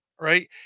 right